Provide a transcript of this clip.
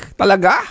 talaga